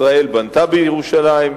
ישראל בנתה בירושלים,